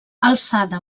alçada